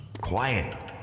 Quiet